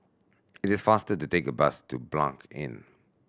it is faster to take bus to Blanc Inn